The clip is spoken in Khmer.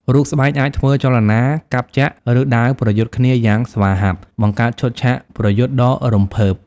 រូបស្បែកអាចធ្វើចលនាកាប់ចាក់ ឬដាវប្រយុទ្ធគ្នាយ៉ាងស្វាហាប់ បង្កើតឈុតឆាកប្រយុទ្ធដ៏រំភើប។